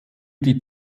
die